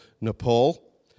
Nepal